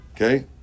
Okay